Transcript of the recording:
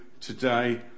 today